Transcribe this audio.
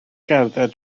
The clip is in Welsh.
gerdded